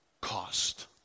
cost